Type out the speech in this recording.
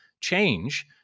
change